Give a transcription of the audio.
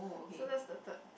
so that's the third